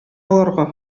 аларга